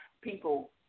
people